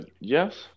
Yes